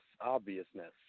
obviousness